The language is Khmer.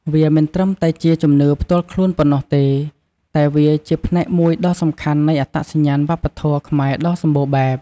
វាមិនត្រឹមតែជាជំនឿផ្ទាល់ខ្លួនប៉ុណ្ណោះទេ តែវាជាផ្នែកមួយដ៏សំខាន់នៃអត្តសញ្ញាណវប្បធម៌ខ្មែរដ៏សម្បូរបែប។